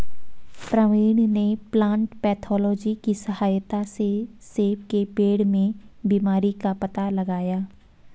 प्रवीण ने plant pathology की सहायता से सेब के पेड़ में बीमारी का पता लगाया